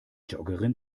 joggerin